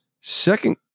Second